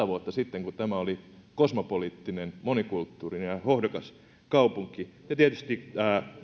vuotta sitten kun tämä oli kosmopoliittinen monikulttuurinen ja hohdokas kaupunki ja tietysti